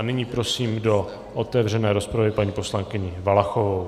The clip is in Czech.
Nyní prosím do otevřené rozpravy paní poslankyni Valachovou.